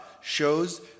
shows